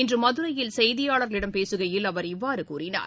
இன்றுமதுரையில் செய்தியாளர்களிடம் பேசுகையில் அவர் இவ்வாறுகூறினார்